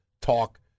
talk